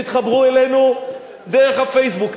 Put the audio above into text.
תתחברו אלינו דרך ה"פייסבוק",